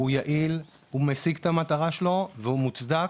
הוא יעיל, הוא משיג את המטרה שלו, והוא מוצדק.